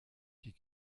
die